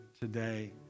today